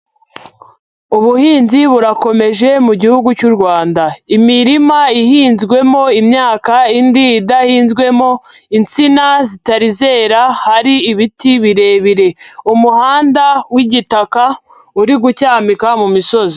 Ubuhinzi burakomeje mu gihugu cy'u Rwanda. Imirima ihinzwemo imyaka, indi idahinzwemo, insina zitari zera, hari ibiti birebire. Umuhanda w'igitaka uri gucyamika mu misozi.